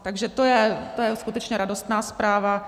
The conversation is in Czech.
Takže to je skutečně radostná zpráva.